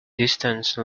distance